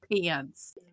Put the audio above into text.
pants